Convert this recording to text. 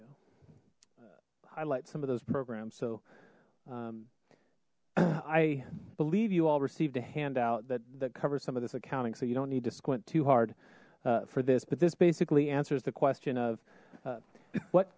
highlight some of those programs so i believe you all received a handout that that covers some of this accounting so you don't need to squint too hard for this but this basically answers the question of what